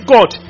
God